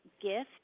gift